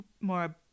more